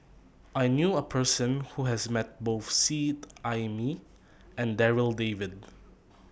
I knew A Person Who has Met Both Seet Ai Mee and Darryl David